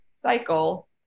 cycle